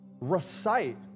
Recite